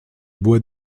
bois